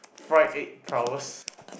fried egg prowess